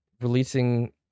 releasing